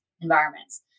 environments